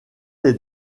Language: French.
est